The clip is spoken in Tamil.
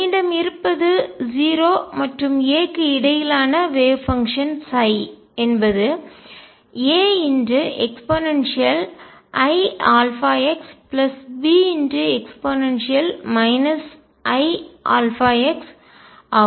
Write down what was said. என்னிடம் இருப்பது 0 மற்றும் a க்கு இடையிலான வேவ் பங்ஷன் அலை செயல்பாடு என்பது AeiαxBe iαx ஆகும்